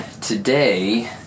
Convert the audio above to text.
today